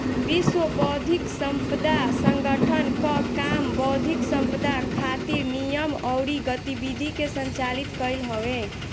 विश्व बौद्धिक संपदा संगठन कअ काम बौद्धिक संपदा खातिर नियम अउरी गतिविधि के संचालित कईल हवे